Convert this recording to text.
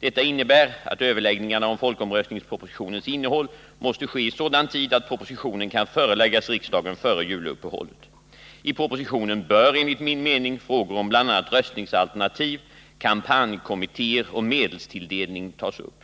Detta innebär att överläggningarna om folkomröstningspropositionens innehåll måste ske i sådan tid att propositionen kan föreläggas riksdagen före juluppehållet. I propositionen bör enligt min mening frågor om bl.a. röstningsalternativ, kampanjkommittéer och medelstilldelning tas upp.